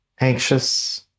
anxious